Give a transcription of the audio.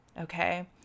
Okay